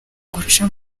guca